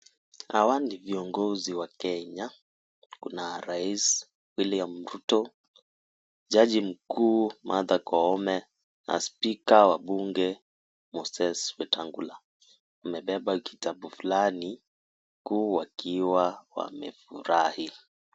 Hawa ni viongozi wa Kenya, kuna Rais William Rutto, jaji mkuu Martha Koome, na spika wabunge, Moses Wetangula. Amebeba kitabu fulani huku wakiwa wamefurahi.